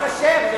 לי,